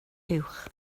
uwch